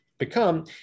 become